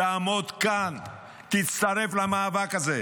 תעמוד כאן, תצטרף למאבק הזה,